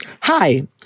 Hi